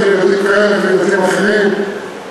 ילדים כאלה וילדים אחרים,